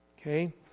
Okay